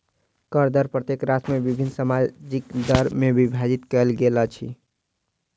कर दर प्रत्येक राष्ट्र में विभिन्न सामाजिक दर में विभाजित कयल गेल अछि